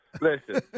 Listen